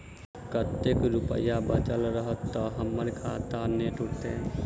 कतेक रुपया बचल रहत तऽ हम्मर खाता नै टूटत?